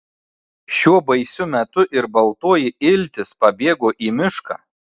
šiuo baisiu metu ir baltoji iltis pabėgo į mišką